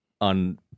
on